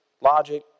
logic